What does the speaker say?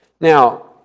Now